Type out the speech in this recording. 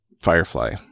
Firefly